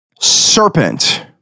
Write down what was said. serpent